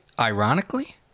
ironically